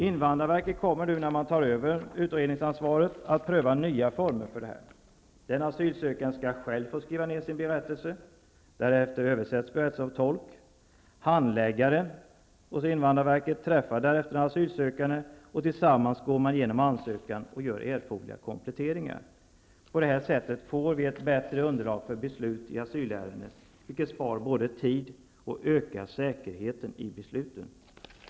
Invandrarverket kommer nu när man tar över ansvaret att pröva nya former för utredningen. Den asylsökande skall själv få skriva ner sin berättelse. Sedan översätts berättelsen av tolk. Handläggaren hos invandrarverket träffar därefter den asylsökande och tillsammans går man igenom ansökan och gör erforderliga kompletteringar. På det här sättet blir det ett bättre underlag för beslut i asylärendet, vilket både spar tid och ökar säkerheten i besluten.